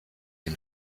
dem